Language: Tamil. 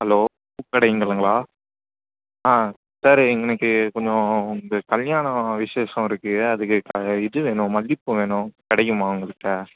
ஹலோ பூ கடைங்களங்களா ஆ சார் எங்களுக்கு கொஞ்சம் இந்த கல்யாணம் விசேஷம் இருக்குது அதுக்கு க இது வேணும் மல்லிப்பூ வேணும் கிடைக்குமா உங்கட்ட